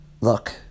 Look